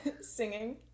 singing